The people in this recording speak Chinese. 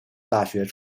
大学